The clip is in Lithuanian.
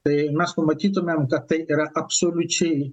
tai mes pamatytumėm kad tai yra absoliučiai